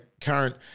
current